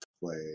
play